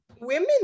women